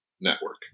network